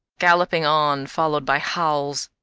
galloping on followed by howls.